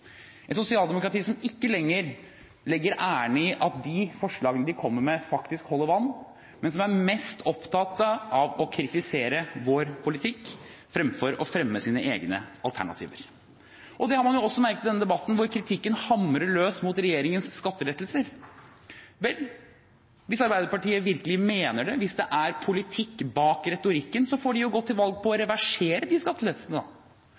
et sosialdemokrati som ikke lenger legger æren i at de forslagene de kommer med, faktisk holder vann, men som er mest opptatt av å kritisere vår politikk – fremfor å fremme sine egne alternativer. Det har man også merket i denne debatten, hvor kritikken hamres løs mot regjeringens skattelettelser. Vel, hvis Arbeiderpartiet virkelig mener det, hvis det er politikk bak retorikken, får de gå til valg på å reversere de skattelettelsene